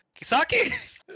Kisaki